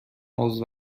عضو